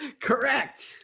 Correct